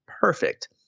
perfect